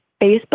Facebook